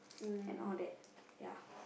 and all that ya